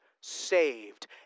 saved